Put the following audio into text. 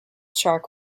shark